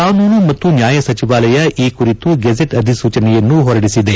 ಕಾನೂನು ಮತ್ತು ನ್ಯಾಯ ಸಚಿವಾಲಯ ಈ ಕುರಿತು ಗೆಜೆಟ್ ಅಧಿಸೂಚನೆಯನ್ನು ಹೊರಡಿಸಿದೆ